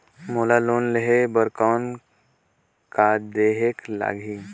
मोला लोन लेहे बर कौन का देहेक लगही?